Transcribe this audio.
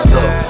Look